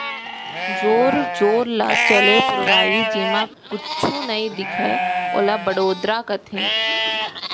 जोर जोर ल चले पुरवाई जेमा कुछु नइ दिखय ओला बड़ोरा कथें